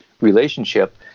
relationship